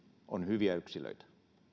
on hyviä yksilöitä